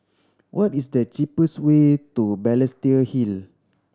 what is the cheapest way to Balestier Hill